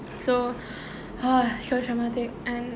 so ha so dramatic and